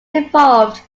involved